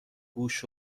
گوش